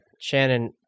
Shannon